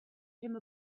came